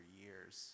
years